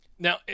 Now